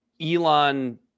Elon